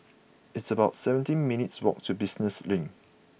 it's about seventeen minutes' walk to Business Link